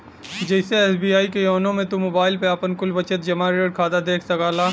जइसे एस.बी.आई के योनो मे तू मोबाईल पे आपन कुल बचत, जमा, ऋण खाता देख सकला